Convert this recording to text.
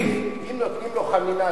אם נותנים לו חנינה,